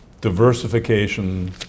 diversification